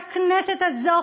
שהכנסת הזאת